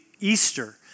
Easter